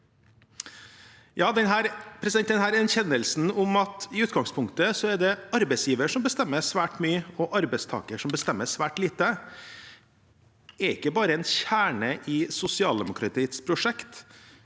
spørsmål. Erkjennelsen om at det i utgangspunktet er arbeidsgiver som bestemmer svært mye, og arbeidstaker som bestemmer svært lite, er ikke bare en kjerne i sosialdemokratiets prosjekt,